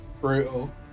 Brutal